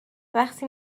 وقتی